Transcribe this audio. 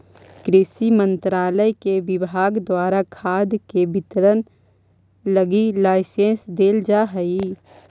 कृषि मंत्रालय के विभाग द्वारा खाद के वितरण लगी लाइसेंस देल जा हइ